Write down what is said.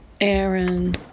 Aaron